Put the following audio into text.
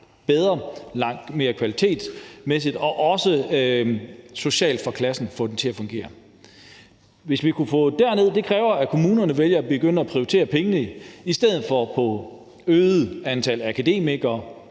bedre, både kvalitetsmæssigt og også socialt i forhold til at få klassen til at fungere. At få elevtallet derned kræver, at kommunerne vælger at begynde at prioritere pengene til det i stedet for til et øget antal akademikere